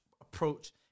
approach